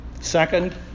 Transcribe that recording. Second